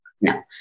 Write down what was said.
no